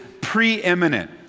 preeminent